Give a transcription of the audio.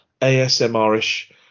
asmr-ish